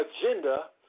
agenda